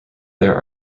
there